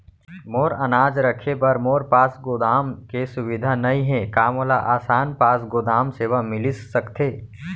मोर अनाज रखे बर मोर पास गोदाम के सुविधा नई हे का मोला आसान पास गोदाम सेवा मिलिस सकथे?